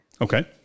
Okay